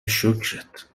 شکرت